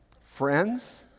Friends